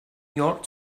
york